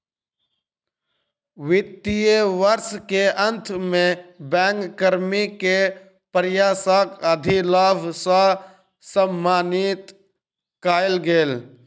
वित्तीय वर्ष के अंत में बैंक कर्मी के प्रयासक अधिलाभ सॅ सम्मानित कएल गेल